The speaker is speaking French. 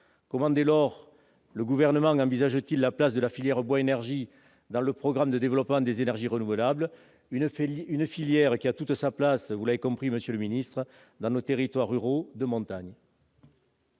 comment le Gouvernement envisage-t-il la place de la filière bois-énergie dans le programme de développement des énergies renouvelables, une filière qui a toute sa place, comme vous l'avez compris, monsieur le secrétaire d'État, dans nos territoires ruraux de montagne